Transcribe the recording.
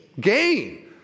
gain